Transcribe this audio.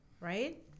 right